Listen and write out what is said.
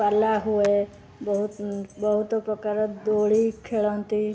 ପାଲା ହୁଏ ବହୁତ ବହୁତ ପ୍ରକାର ଦୋଳି ଖେଳନ୍ତି